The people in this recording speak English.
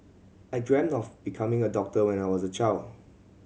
I dreamt of becoming a doctor when I was a child